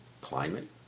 climate